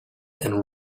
and